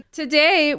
today